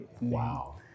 Wow